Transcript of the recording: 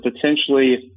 potentially